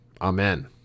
amen